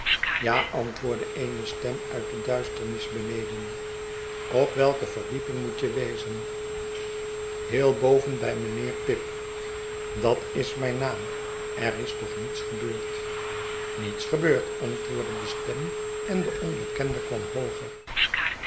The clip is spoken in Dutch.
ja antwoordde eene stem uit de duisternis beneden op welke verdieping moet je wezen heel boven bij mijnheer pip dat is mijn naam er is toch niets gebeurd niets gebeurd antwoordde de stem en de onbekende kwam hooger